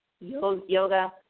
yoga